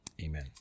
Amen